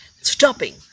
stopping